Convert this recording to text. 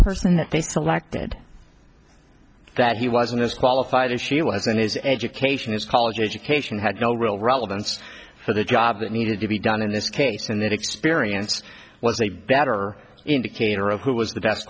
person they selected that he wasn't as qualified as she was and his education his college education had no real relevance for the job that needed to be done in this case and that experience was a better indicator of who was the best